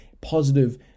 positive